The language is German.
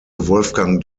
wolfgang